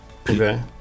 Okay